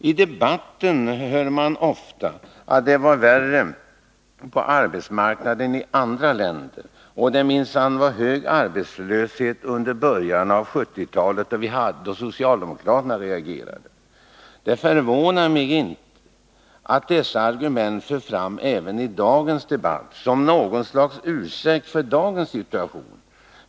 I debatten hör man ofta att det är värre på arbetsmarknaden i andra länder och att det minsann var hög arbetslöshet under början av 1970-talet, då socialdemokraterna regerade. Det förvånar mig inte att dessa argument förts fram även i dagens debatt som något slags ursäkt för dagens situation.